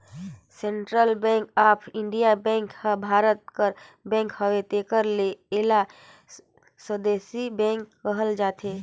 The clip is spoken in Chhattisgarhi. central bank of India bank हर भारत कर बेंक हवे तेकर ले एला स्वदेसी बेंक कहल जाथे